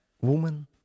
woman